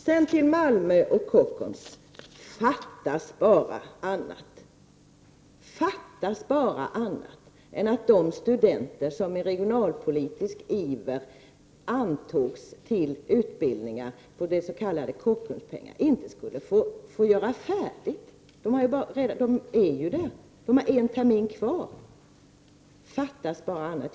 Sedan till Malmö och Kockums. Fattas bara annat än att de studenter som i regionalpolitisk iver antogs till utbildningar på s.k. Kockumspengar inte skulle få studera färdigt! De är ju där. De har en termin kvar. Fattas bara annat!